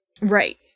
Right